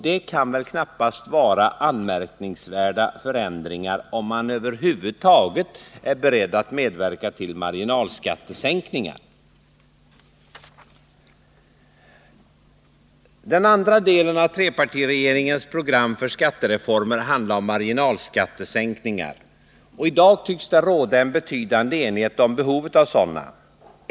Det kan väl knappast vara anmärkningsvärt, om man över huvud taget är beredd att medverka till marginalskattesänkningar. Det andra avsnittet av trepartiregeringens program för skattereformer handlar om marginalskattesänkningar. I dag tycks det råda en betydande enighet om behovet av sådana.